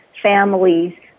families